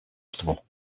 festival